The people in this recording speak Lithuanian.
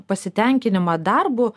pasitenkinimą darbu